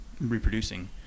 reproducing